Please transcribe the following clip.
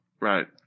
Right